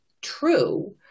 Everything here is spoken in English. true